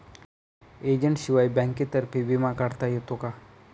एजंटशिवाय बँकेतर्फे विमा काढता येतो का?